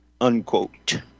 unquote